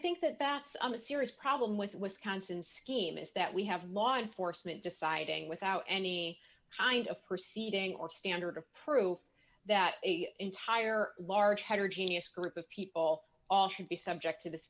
think that that's a serious problem with wisconsin scheme is that we have law enforcement deciding without any kind of proceeding or standard of proof that the entire large heterogeneous group of people should be subject to this